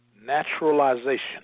Naturalization